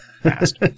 fast